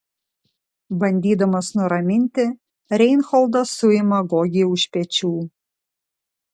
bandydamas nuraminti reinholdas suima gogį už pečių